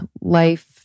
life